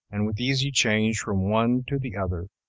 and with easy change from one to the other,